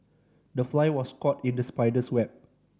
the fly was caught in the spider's web